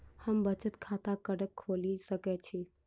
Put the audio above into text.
हम बचत खाता कतऽ खोलि सकै छी?